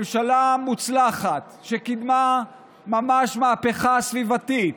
ממשלה מוצלחת שקידמה ממש מהפכה סביבתית,